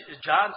John